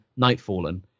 Nightfallen